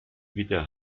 wieder